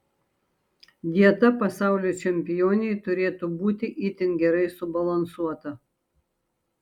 dieta pasaulio čempionei turėtų būti itin gerai subalansuota